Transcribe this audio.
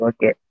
Okay